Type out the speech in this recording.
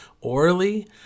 orally